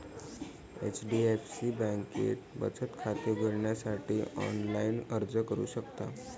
HDFC बँकेत बचत खाते उघडण्यासाठी ऑनलाइन अर्ज करू शकता